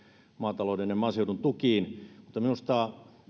maatalouden ja maaseudun tukiin mutta minusta